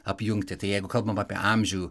apjungti tai jeigu kalbam apie amžių